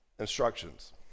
instructions